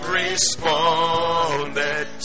responded